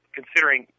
considering